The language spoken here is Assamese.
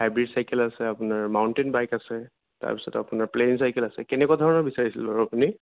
হাইব্ৰীড চাইকেল আছে আপোনাৰ মাউণ্টেইন বাইক আছে তাৰপিছত আপোনাৰ প্লেইন চাইকেল আছে কেনেকুৱা ধৰণৰ বিচাৰিছিলে বাৰু আপুনি